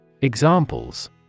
Examples